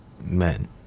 Men